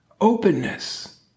openness